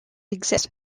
exist